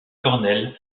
cornell